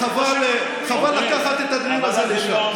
חבל לקחת את הדיון הזה לשם,